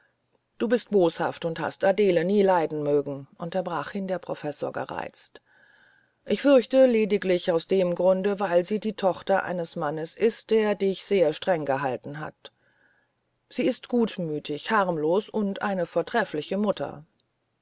du bist boshaft und hast adele nie leiden mögen unterbrach ihn der professor gereizt ich fürchte lediglich aus dem grunde weil sie die tochter des mannes ist der dich sehr streng gehalten hat sie ist gutmütig harmlos und eine vortreffliche mutter